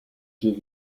jeux